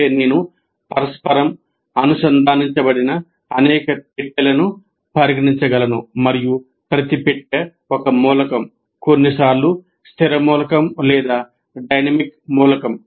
అంటే నేను పరస్పరం అనుసంధానించబడిన అనేక పెట్టెలను పరిగణించగలను మరియు ప్రతి పెట్టె ఒక మూలకం కొన్నిసార్లు స్థిర మూలకం లేదా డైనమిక్ మూలకం